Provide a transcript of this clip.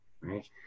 right